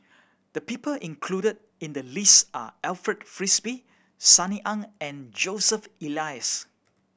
the people included in the list are Alfred Frisby Sunny Ang and Joseph Elias